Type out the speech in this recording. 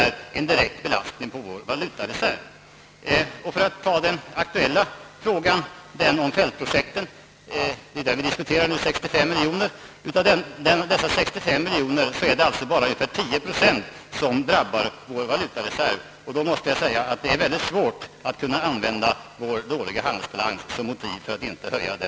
Då måste det väl vara svårt att använda vår dåliga handelsbalans som motiv för att inte höja denna hjälp.